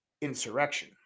insurrection